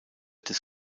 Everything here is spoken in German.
des